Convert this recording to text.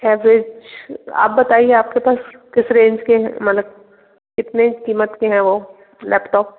average आप बताइए कि आपके पास किस रेंज के हैं मतलब कितने कीमत के हैं वो लैपटॉप